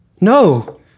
No